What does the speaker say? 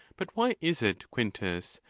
but why is it, quintus,